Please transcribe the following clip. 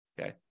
Okay